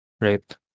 Right